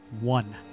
one